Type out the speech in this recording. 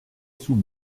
sous